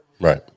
Right